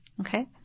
Okay